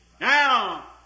Now